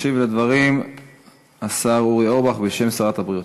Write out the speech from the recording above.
ישיב על הדברים השר אורי אורבך, בשם שרת הבריאות.